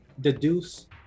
deduce